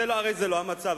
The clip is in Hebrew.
הרי זה לא המצב.